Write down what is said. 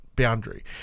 boundary